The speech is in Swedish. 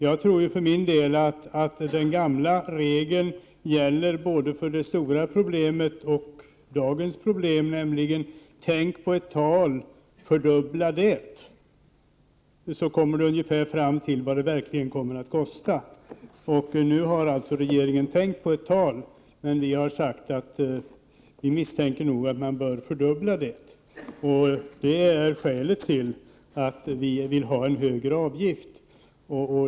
Jag tror för min del att den gamla regeln gäller både för det stora problemet och för dagens problem: tänk på ett tal, fördubbla det, så kommer du fram till vad det verkligen kommer att kosta. Nu har alltså regeringen tänkt på ett tal, men vi misstänker att man bör fördubbla det. Det är skälet till att vi vill ha en högre avgift.